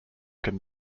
can